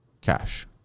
cash